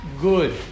good